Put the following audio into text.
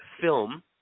film